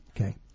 Okay